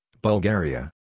Bulgaria